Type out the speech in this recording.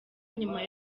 nyuma